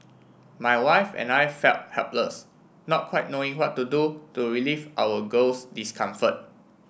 my wife and I felt helpless not quite knowing what to do to relieve our girl's discomfort